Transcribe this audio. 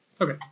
Okay